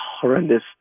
horrendous